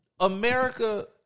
America